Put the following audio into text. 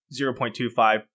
0.25